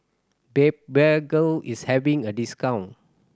is having a discount